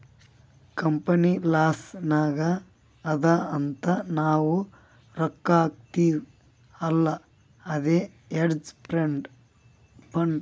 company loss ನಾಗ್ ಅದಾ ಅಂತ್ ನಾವ್ ರೊಕ್ಕಾ ಹಾಕ್ತಿವ್ ಅಲ್ಲಾ ಅದೇ ಹೇಡ್ಜ್ ಫಂಡ್